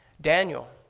Daniel